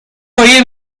oír